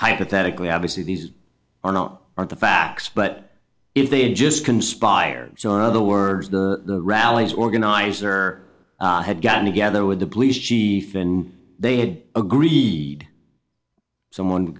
hypothetically obviously these are not are the facts but if they just conspired so in other words the rallies organizer had gotten together with the police chief in they had agreed someone